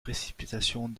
précipitations